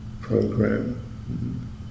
program